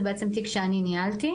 זה בעצם תיק שאני ניהלתי.